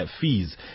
fees